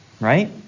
right